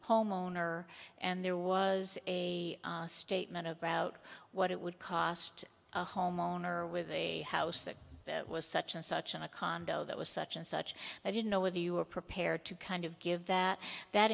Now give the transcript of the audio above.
homeowner and there was a statement about what it would cost a homeowner with a house that was such and such a condo that was such and such i didn't know whether you were prepared to kind of give that that